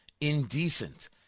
indecent